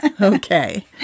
Okay